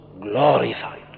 glorified